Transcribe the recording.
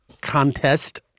contest